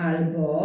Albo